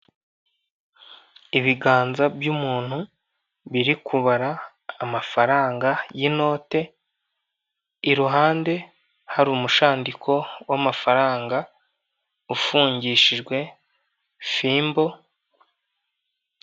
Ibiganza by'umuntu biri kubara amafaranga y'inote, iruhande hari umushandiko w'amafaranga ufungishijwe fimbo